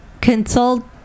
consult